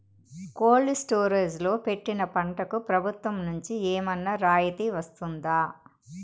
Cold storage లో పెట్టిన పంటకు ప్రభుత్వం నుంచి ఏమన్నా రాయితీ వస్తుందా?